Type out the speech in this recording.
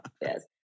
yes